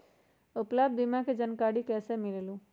उपलब्ध बीमा के जानकारी कैसे मिलेलु?